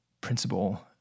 principle